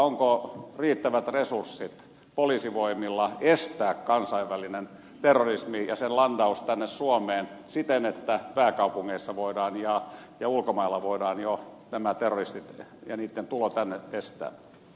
onko riittävät resurssit poliisivoimilla estää kansainvälinen terrorismi ja sen landaus tänne suomeen siten että pääkaupungeissa voidaan ja ulkomailla voidaan jo nämä terroristit ja heidän tulonsa tänne estää